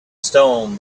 stone